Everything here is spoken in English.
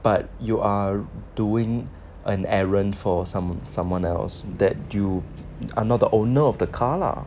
but you are doing like an errand for someone someone else that you are not the owner of the car lah